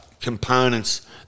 components